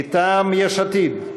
מטעם יש עתיד,